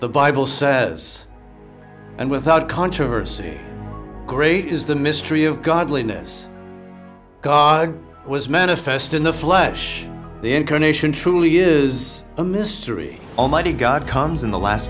the bible says and without controversy great is the mystery of godliness god was manifest in the flesh the incarnation truly is a mystery almighty god comes in the last